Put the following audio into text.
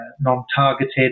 non-targeted